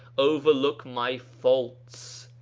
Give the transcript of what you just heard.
overlook my faults,